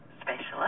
specialist